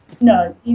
no